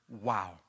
wow